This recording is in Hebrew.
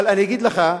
אבל אני אגיד לך,